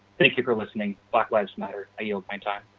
thank you for listening, black lives matter, i yield my time.